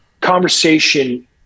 conversation